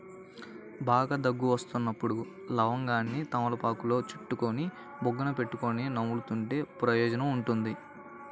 బాగా దగ్గు వస్తున్నప్పుడు లవంగాన్ని తమలపాకులో చుట్టుకొని బుగ్గన పెట్టుకొని నములుతుంటే ప్రయోజనం ఉంటుంది